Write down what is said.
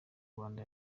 rwanda